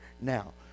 now